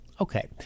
Okay